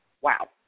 Wow